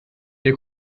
der